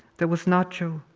there was nacho,